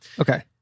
Okay